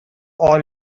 all